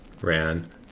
ran